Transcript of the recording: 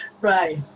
right